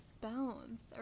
bones